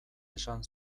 esan